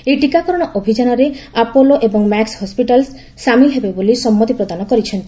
ଏହି ଟିକାକରଣ ଅଭିଯାନରେ ଆପୋଲୋ ଏବଂ ମ୍ୟାକୁ ହସ୍ପିଟାଲ ସାମିଲ ହେବେ ବୋଲି ସମ୍ମତି ପ୍ରଦାନ କରିଛନ୍ତି